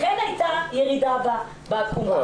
לכן הייתה ירידה בעקומה.